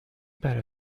better